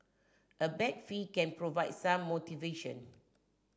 a bag fee can provide some motivation